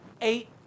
eight